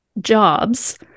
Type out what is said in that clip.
jobs